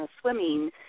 swimming